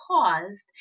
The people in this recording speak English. paused